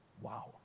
Wow